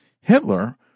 Hitler